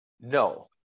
No